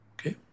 Okay